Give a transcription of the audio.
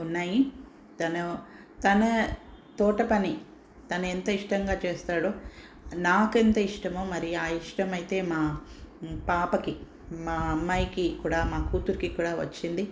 ఉన్నాయి తను తన తోటపని తను ఎంతో ఇష్టంగా చేస్తాడు నాకెంత ఇష్టమో మరియు ఆ ఇష్టమైతే మా పాపకి మా అమ్మాయికి కూడా మా కూతురికి కూడా వచ్చింది